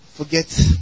Forget